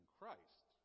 Christ